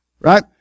Right